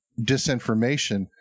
disinformation